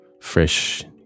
fresh